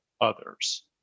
others